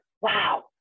wow